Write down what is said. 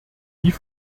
die